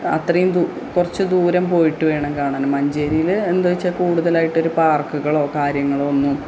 അത്രയും ദൂരം കുറച്ച് ദൂരം പോയിട്ടുവേണം കാണാൻ മഞ്ചേരിയിൽ എന്നു വെച്ചാൽ കൂടുതലായിട്ട് ഒരു പാർക്കുകളോ കാര്യങ്ങളോ ഒന്നും